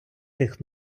тих